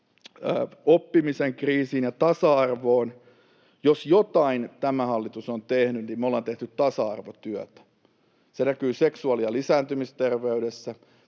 oppimisen kriisiin ja tasa-arvoon. Jos jotain tämä hallitus on tehnyt, niin me ollaan tehty tasa-arvotyötä. Se näkyy seksuaali- ja lisääntymisterveydessä,